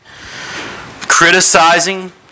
criticizing